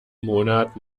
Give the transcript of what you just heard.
monat